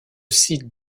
site